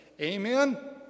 Amen